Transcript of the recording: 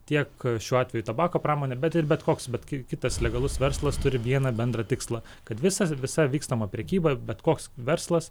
tiek šiuo atveju tabako pramonė bet ir bet koks bet ki kitas legalus verslas turi vieną bendrą tikslą kad visas visa vykstama prekyba bet koks verslas